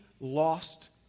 lost